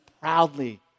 proudly